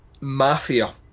mafia